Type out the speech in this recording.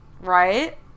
right